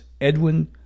Edwin